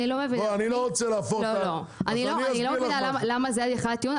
אני לא מבינה למה זה הטיעון.